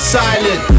silent